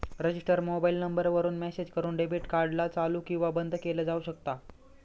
register mobile number वरून message करून debit card ला चालू किंवा बंद केलं जाऊ शकता